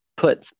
put